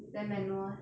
then manual eh